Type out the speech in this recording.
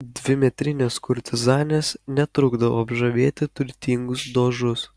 dvimetrinės kurtizanės netrukdavo apžavėti turtingus dožus